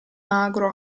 magro